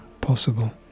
possible